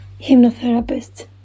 hypnotherapist